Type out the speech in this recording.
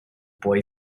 boy